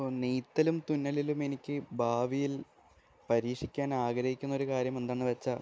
ഇപ്പം നെയ്ത്തലും തുന്നലിലും എനിക്ക് ഭാവിയിൽ പരീഷിക്കാനാഗ്രഹിക്കുന്നൊരു കാര്യം എന്താണെന്ന് വെച്ചാൽ